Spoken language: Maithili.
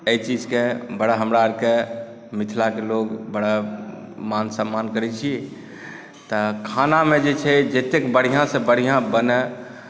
एहि चीजके बड़ा हमरा आरके मिथिलाके लोग बड़ा मान सम्मान करैत छी तऽ खानामे जे छै जतेक बढ़िआसँ बढ़िआँ बनय